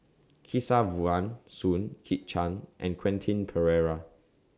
Kesavan Soon Kit Chan and Quentin Pereira